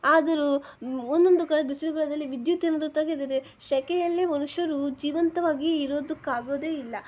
ಆದರೂ ಒಂದೊಂದು ಕಾಲ ಬಿಸಿಲುಗಾಲದಲ್ಲಿ ವಿದ್ಯುತ್ ಏನಾದರೂ ತೆಗೆದರೆ ಸೆಕೆಯಲ್ಲಿ ಮನುಷ್ಯರು ಜೀವಂತವಾಗಿ ಇರೋದಕ್ಕಾಗೋದೇ ಇಲ್ಲ